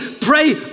pray